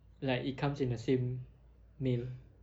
like it comes in the same mail